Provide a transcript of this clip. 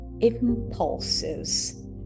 impulses